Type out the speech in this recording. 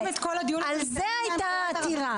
על זה הייתה העתירה,